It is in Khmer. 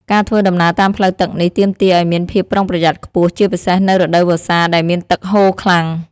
ការធ្វើដំណើរតាមផ្លូវទឹកនេះទាមទារឱ្យមានភាពប្រុងប្រយ័ត្នខ្ពស់ ជាពិសេសនៅរដូវវស្សាដែលមានទឹកហូរខ្លាំង។